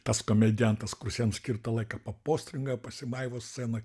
tas komediantas kurs jam skirtą laiką papostringauja pasimaivo scenoj